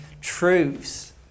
truths